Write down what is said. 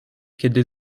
kiedy